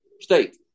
State